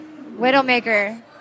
Widowmaker